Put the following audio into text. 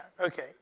okay